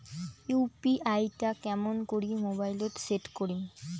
UPI টা কেমন করি মোবাইলত সেট করিম?